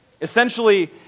Essentially